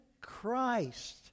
Christ